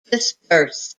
dispersed